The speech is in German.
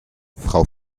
frau